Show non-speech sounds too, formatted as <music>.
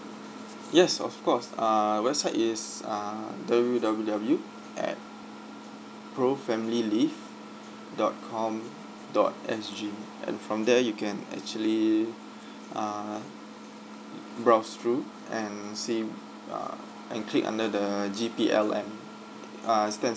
yes of course err website is err W W W at pro family leave dot com dot S G and from there you can actually <breath> err browse through and see err and click under the G_P_L_M uh stands